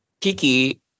Kiki